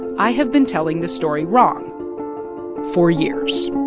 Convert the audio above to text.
i have been telling this story wrong for years